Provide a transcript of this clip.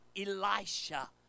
Elisha